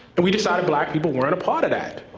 and we decided black people weren't a part of that.